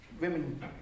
women